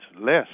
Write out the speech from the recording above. less